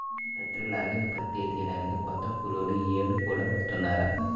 ప్రతేడు లాగానే పత్తి తియ్యడానికి కొత్త కూలోళ్ళు యీ యేడు కూడా వత్తన్నారా